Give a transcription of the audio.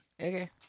Okay